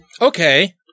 Okay